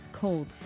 cold